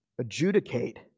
Adjudicate